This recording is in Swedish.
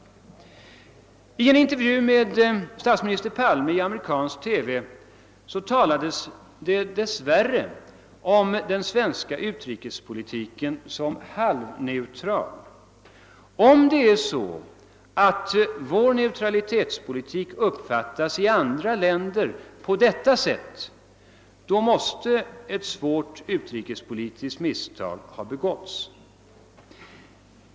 I en intervju med statsminister Palme i amerikansk TV talades det dess värre om den svenska utrikespolitiken som »halvneutral». Om vår neutralitetspolitik i andra länder uppfattas på detta sätt, måste ett svårt utrikespolitiskt misstag ha begåtts.